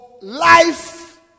life